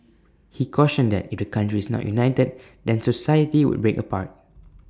he cautioned that if the country is not united then society would break apart